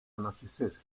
anochecer